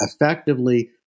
effectively